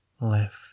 Left